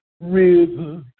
river